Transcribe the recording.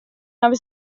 nave